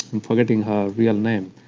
i'm forgetting her real name.